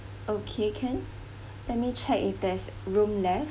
okay can let me check if there's room left